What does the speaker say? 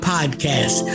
Podcast